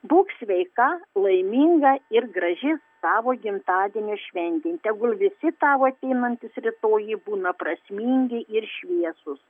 būk sveika laiminga ir graži tavo gimtadienio šventėj tegul visi tavo ateinantys rytojai būna prasmingi ir šviesūs